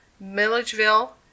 Milledgeville